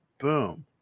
boom